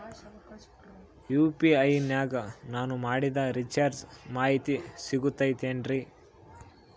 UPI ನಾಗ ನಾನು ಮಾಡಿಸಿದ ರಿಚಾರ್ಜ್ ಮಾಹಿತಿ ಸಿಗುತೈತೇನ್ರಿ?